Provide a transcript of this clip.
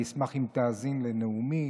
אני אשמח אם תאזין לנאומי.